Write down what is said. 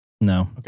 No